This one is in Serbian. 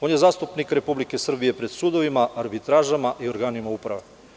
On je zastupnik Republike Srbije pred sudovima, arbitražama i organima uprave.